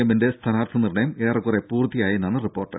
എമ്മിന്റെ സ്ഥാനാർത്ഥി നിർണയം ഏറെക്കുറെ പൂർത്തിയായെന്നാണ് റിപ്പോർട്ട്